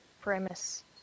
premise